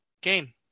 game